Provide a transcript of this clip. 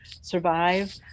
survive